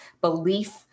belief